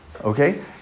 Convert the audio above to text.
Okay